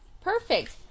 Perfect